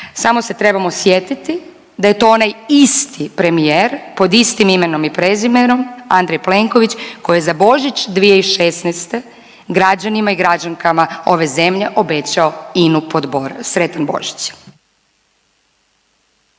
Samo se trebamo sjetiti da je to onaj isti premijer pod istim imenom i prezimenom Andrej Plenković koji je za Božić 2016. građanima i građankama ove zemlje obećao INA-u pod bor. Sretan Božić!